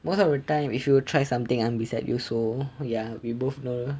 most of the time if you will try something I'm beside you so ya we both know